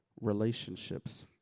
relationships